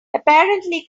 apparently